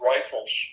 Rifles